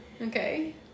Okay